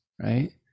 right